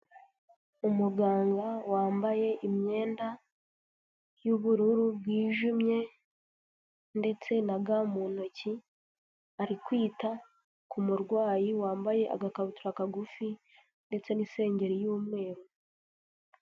Umuganga wambaye imyenda y'ubururu bwijimye ndetse na ga mu ntoki, ari kwita ku murwayi, wambaye agakabutura kagufi ndetse n'isengeri y'umweru.